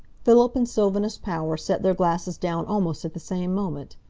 philip and sylvanus power set their glasses down almost at the same moment.